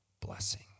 blessing